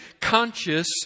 conscious